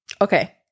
Okay